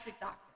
doctor